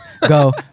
go